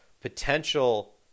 potential